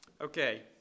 Okay